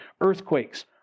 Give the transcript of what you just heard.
earthquakes